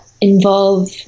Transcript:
involve